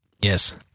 Yes